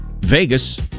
Vegas